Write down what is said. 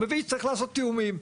מבין שצריך לעשות תיאומים.